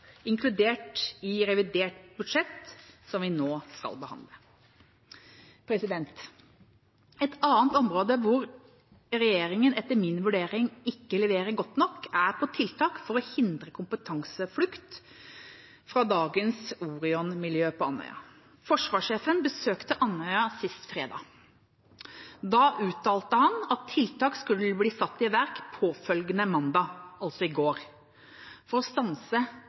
inkludert i revidert nasjonalbudsjett, som vi nå skal behandle. Et annet område hvor regjeringa etter min vurdering ikke leverer godt nok, er på tiltak for å hindre kompetanseflukt fra dagens Orion-miljø på Andøya. Forsvarssjefen besøkte Andøya sist fredag. Da uttalte han at tiltak skulle bli satt i verk påfølgende mandag, altså i går, for å stanse